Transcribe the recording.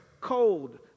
cold